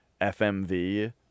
FMV